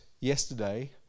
yesterday